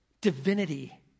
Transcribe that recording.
divinity